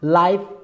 life